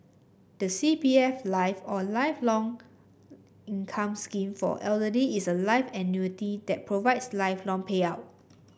the C P F Life or Lifelong Income Scheme for Elderly is a life annuity that provides lifelong payout